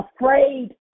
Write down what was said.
afraid